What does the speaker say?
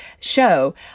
show